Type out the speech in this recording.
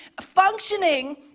functioning